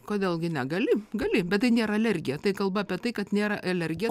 kodėl gi negali gali bet tai nėra alergija tai kalba apie tai kad nėra alergija